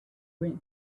wind